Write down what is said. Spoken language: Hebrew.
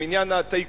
עם עניין הטייקונים,